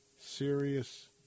serious